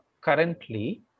currently